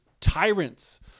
tyrants